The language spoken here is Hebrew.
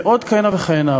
ועוד כהנה וכהנה.